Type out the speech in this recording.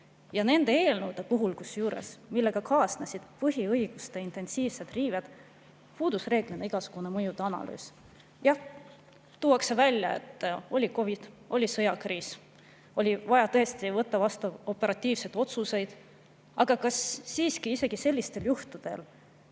Ja nende eelnõude puhul, millega kaasnesid põhiõiguste intensiivsed riived, puudus reeglina igasugune mõjude analüüs. Jah, tuuakse välja, et oli COVID, oli sõjakriis, oli vaja tõesti võtta vastu operatiivseid otsuseid. Aga siiski, kas me tohime isegi sellistel juhtudel